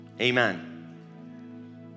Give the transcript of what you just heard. amen